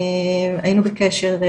היינו בקשר,